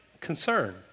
concern